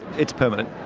it's permanent.